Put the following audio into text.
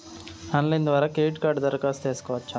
Online ద్వారా credit కార్డుకు దరఖాస్తు సేసుకోవచ్చా?